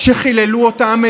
שחיללו אותם,